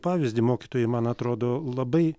pavyzdį mokytojai man atrodo labai